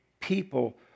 people